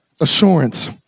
assurance